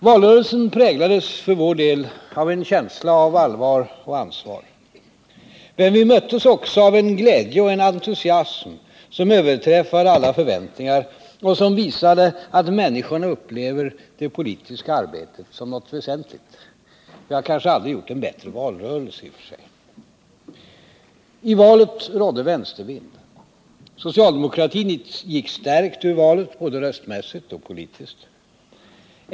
Valrörelsen präglades för vår del av en känsla av allvar och ansvar. Men vi möttes också av en glädje och en entusiasm som överträffade alla förväntningar och som visade att människorna upplever det politiska arbetet som någonting väsentligt. Vi har kanske aldrig gjort en bättre valrörelse. I valet rådde vänstervind. Socialdemokratin gick stärkt ur valet, både röstmässigt och politiskt.